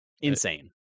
insane